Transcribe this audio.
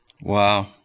Wow